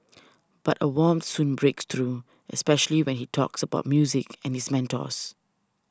but a warmth soon breaks through especially when he talks about music and his mentors